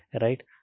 Right